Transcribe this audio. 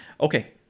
Okay